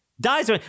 dies